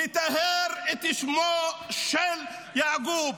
לטהר את שמו של יעקוב.